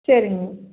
சரிங்க